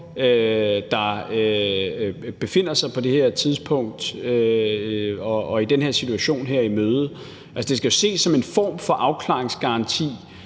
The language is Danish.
der befinder sig i den her situation, i møde. Det skal jo ses som en form for afklaringsgaranti,